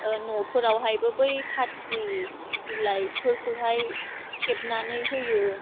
न'फोरावहायबो बै खाथ्रि बिलाइफोरखौहाय थेबनानै होयो